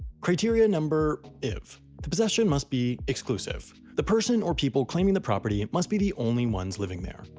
criteria number iv, the possession must be exclusive. the person or people claiming the property must be the only ones living there.